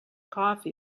coffee